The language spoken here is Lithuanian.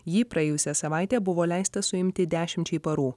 jį praėjusią savaitę buvo leista suimti dešimčiai parų